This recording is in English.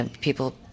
people